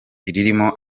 ririmo